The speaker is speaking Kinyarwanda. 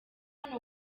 hano